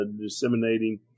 disseminating